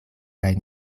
kaj